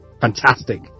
fantastic